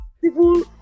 people